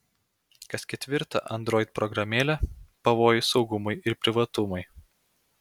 kas ketvirta android programėlė pavojus saugumui ir privatumui